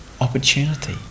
opportunity